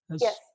Yes